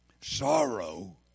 sorrow